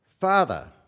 Father